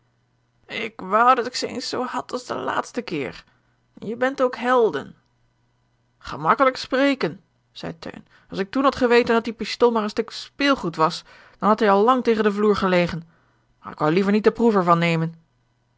ik wou dat ik ze eens zoo had als de laatste keer je bent ook helden gemakkelijk spreken zeî teun als ik toen had geweten dat die pistool maar een stuk speelgoed was dan had hij al lang tegen den vloer gelegen maar ik woû liever niet de proef er van nemen